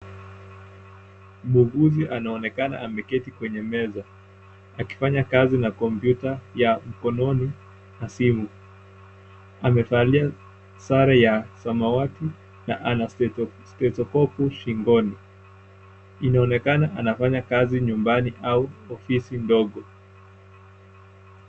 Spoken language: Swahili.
Muuguzi anaonekana ameketi kwenye meza akifanya kazi na kompyuta ya mkononi na simu amevalia sare ya samawati na ana stethoskopu shingoni inaonekana anafanya kazi nyumbani au ofisi ndogo.